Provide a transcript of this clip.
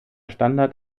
standard